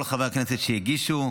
כל חברי הכנסת שהגישו,